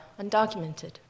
undocumented